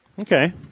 Okay